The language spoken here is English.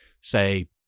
say